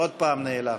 עוד פעם נעלם.